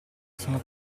sono